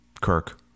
Kirk